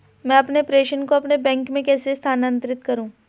मैं अपने प्रेषण को अपने बैंक में कैसे स्थानांतरित करूँ?